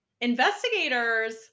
investigators